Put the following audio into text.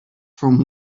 from